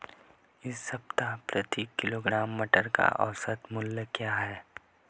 इस सप्ताह प्रति किलोग्राम टमाटर का औसत मूल्य क्या है?